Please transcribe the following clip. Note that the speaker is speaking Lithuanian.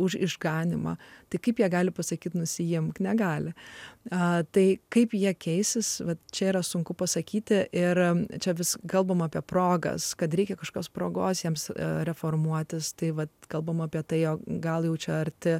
už išganymą tai kaip jie gali pasakyti nusiimk negali a tai kaip jie keisis vat čia yra sunku pasakyti ir čia vis kalbame apie progas kad reikia kažką spragos jiems reformuotis tai vat kalbame apie tai jog gal jau čia arti